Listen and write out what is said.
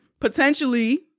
potentially